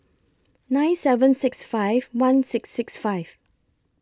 nine seven six five one six six five